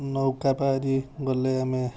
ନୌକା ପାରି ଗଲେ ଆମେ